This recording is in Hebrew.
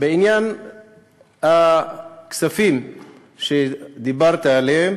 בעניין הכספים שדיברת עליהם